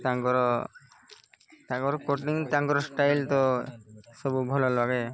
ତାଙ୍କର ତାଙ୍କର କଟିଙ୍ଗ ତାଙ୍କର ଷ୍ଟାଇଲ ତ ସବୁ ଭଲ ଲାଗେ